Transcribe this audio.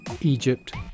Egypt